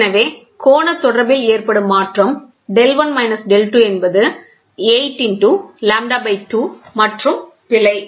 எனவே கோண தொடர்பில் ஏற்படும் மாற்றம் டெல்1 மைனஸ் டெல்2 என்பது 8 லாம்ப்டா 2 மற்றும் பிழை